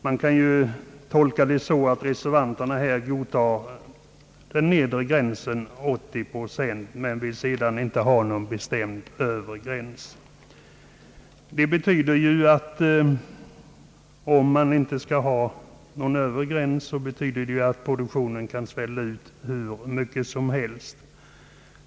Man kan tolka reservanternas skrivning så, att de godtar den nedre gränsen, 80 procent, men inte vill ha någon bestämd övre gräns. Om man inte skall ha någon övre gräns kan dock produktionen svälla ut hur mycket som helst.